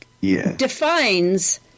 defines